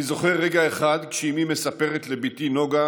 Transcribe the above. אני זוכר רגע אחד שאימי מספרת לבתי נוגה